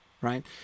right